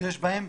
שיש בהן.